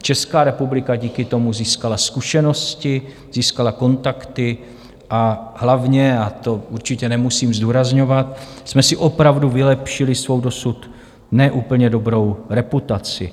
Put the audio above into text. Česká republika díky tomu získala zkušenosti, získala kontakty a hlavně, a to určitě nemusím zdůrazňovat, jsme si opravdu vylepšili svou dosud ne úplně dobrou reputaci.